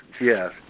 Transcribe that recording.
Yes